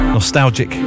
nostalgic